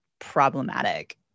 problematic